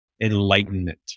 enlightenment